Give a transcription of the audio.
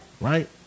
Right